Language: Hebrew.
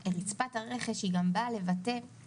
אני חושב שצריך לבדוק את הדבר לגופו של מוסד.